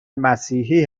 مسیحی